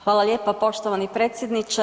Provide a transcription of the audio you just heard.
Hvala lijepa, poštovani predsjedniče.